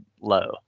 low